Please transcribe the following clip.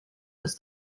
als